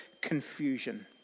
confusion